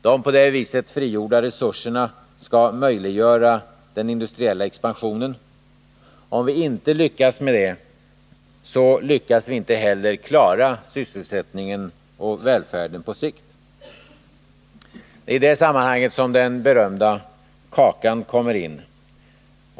De på det viset frigjorda resurserna skall möjliggöra den industriella expansionen. Om vi inte lyckas med det, så lyckas vi inte heller klara sysselsättningen och välfärden på sikt. Det är i det sammanhanget som den berömda kakan kommer in.